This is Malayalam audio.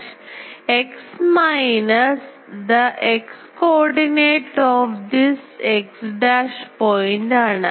x minus the x coordinate of this x dash point ആണ്